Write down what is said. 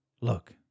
Look